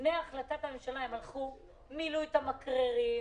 לפני החלטת הממשלה, הם הלכו, מילאו את המקררים,